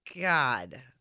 God